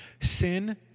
Sin